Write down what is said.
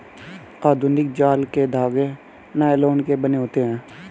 आधुनिक जाल के धागे नायलोन के बने होते हैं